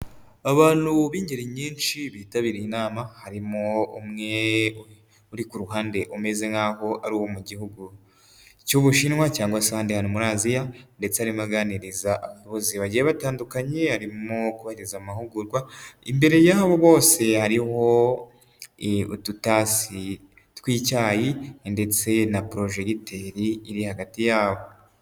Abantu b'ingeri nyinshi bitabiriye inama, harimo umwe uri ku ruhande, umeze nk'aho ari uwo mu gihugu cy'Ubushinwa cyangwa se ahandi hantu muri Asia ndetse arimo aganiriza abavuzi bagiye batandukanye, arimo kubahereza amahugurwa, imbere yabo bose hariho udutasi tw'icyayi, ndetse na porojegiteri iri hagati yabo.